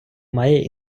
має